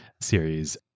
series